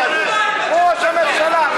מה אתם רוצים ממני?